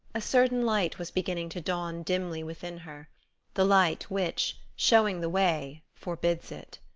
a certain light was beginning to dawn dimly within her the light which, showing the way, forbids it.